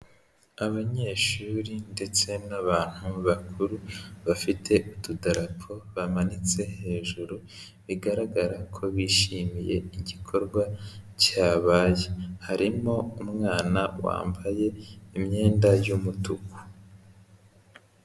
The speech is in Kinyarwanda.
Abanyeshuri ndetse n'abantu bakuru bafite utudarapo bamanitse hejuru. Bigaragara ko bishimiye igikorwa cyabaye, harimo umwana wambaye imyenda y'umutuku.